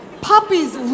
Puppies